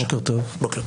בוקר טוב לכולם.